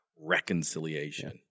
reconciliation